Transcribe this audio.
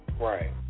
Right